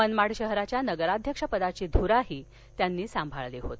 मनमाड शहराच्या नगराध्यक्षपदाची धुरा त्यांनी साभाळली होती